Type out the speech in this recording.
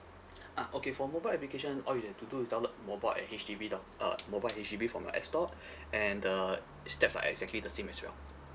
ah okay for mobile application all you have to do is download mobile at H D B dot uh mobile H_D_B from our app store and uh steps are exactly the same as well